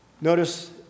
Notice